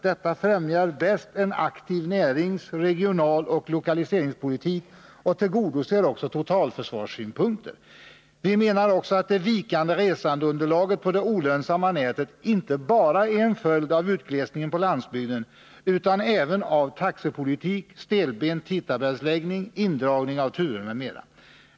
Detta främjar bäst en aktiv närings-, regionaloch lokaliseringspolitik och tillgodoser också totalförsvarssynpunkter. Vi menar också att det vikande resandeunderlaget på det olönsamma bannätet inte bara är en följd av utglesningen på landsbygden utan även av taxepolitik, stelbent tidtabellsläggning, indragning av turer m.m.